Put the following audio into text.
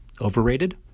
overrated